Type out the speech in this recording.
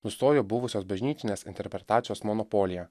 nustojo buvusios bažnytinės interpretacijos monopolija